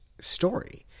story